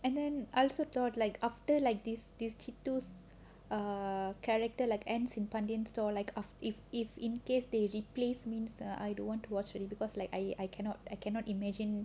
and then I also thought like after like this this chittu's err character like ends in pandiyan stores like if if in case they replace means I don't want to watch anymore because I I I cannot imagine other people in the same character